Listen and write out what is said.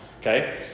Okay